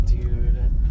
Dude